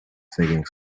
singing